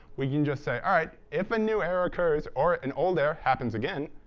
we can just say, all right. if a new error occurs or an old error happens again,